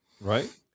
Right